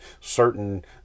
certain